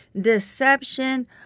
Deception